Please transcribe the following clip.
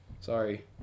Sorry